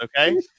okay